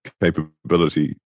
capability